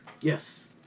Yes